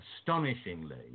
astonishingly